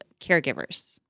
caregivers